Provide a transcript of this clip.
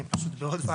אני פשוט בעוד ועדה.